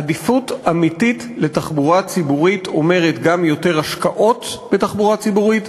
עדיפות אמיתית לתחבורה ציבורית אומרת גם יותר השקעות בתחבורה ציבורית,